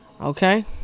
Okay